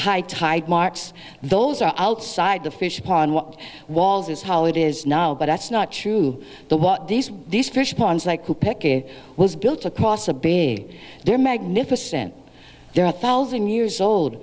high tide marks those are outside the fish pond what walls is how it is now but that's not true the what these these fish ponds like to pick it was built across a big they're magnificent there are thousand years old